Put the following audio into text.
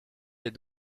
des